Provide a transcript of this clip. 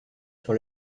sur